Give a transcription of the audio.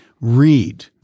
read